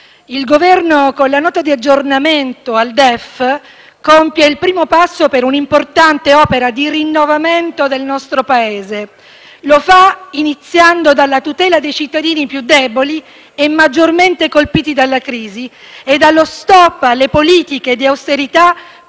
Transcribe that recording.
il Governo con la Nota di aggiornamento al DEF compie il primo passo per un'importante opera di rinnovamento del nostro Paese; lo fa iniziando dalla tutela dei cittadini più deboli e maggiormente colpiti dalla crisi e dallo *stop* alle politiche di austerità